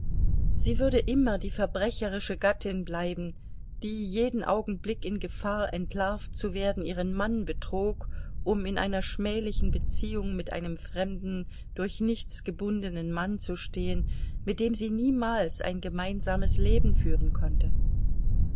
sie würde immer die verbrecherische gattin bleiben die jeden augenblick in gefahr entlarvt zu werden ihren mann betrog um in einer schmählichen beziehung mit einem fremden durch nichts gebundenen mann zu stehen mit dem sie niemals ein gemeinsames leben führen konnte